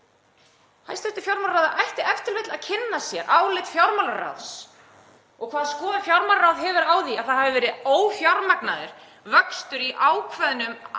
Hæstv. fjármálaráðherra ætti e.t.v. að kynna sér álit fjármálaráðs og hvaða skoðun fjármálaráð hefur á því að það hefur verið ófjármagnaður vöxtur í ákveðnum einingum